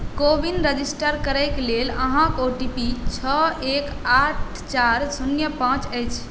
CoWIN register करैक लेल अहाँके ओ टी पी छओ एक आठ चारि शून्य पाँच अछि